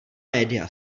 média